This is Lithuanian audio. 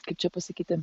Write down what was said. kaip čia pasakyti